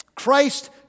Christ